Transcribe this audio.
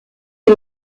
des